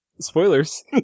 spoilers